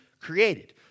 created